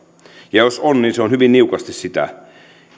ja jos on niin se on hyvin niukasti sitä